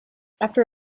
after